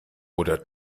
oder